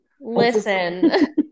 listen